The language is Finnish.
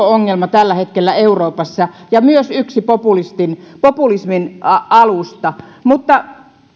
ongelma tällä hetkellä euroopassa ja myös yksi populismin populismin alusta mutta